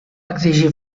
exigir